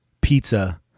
pizza